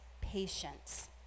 patience